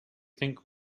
think